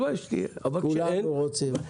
כולנו רוצים.